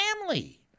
family